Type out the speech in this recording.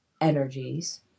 energies